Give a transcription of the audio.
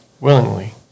willingly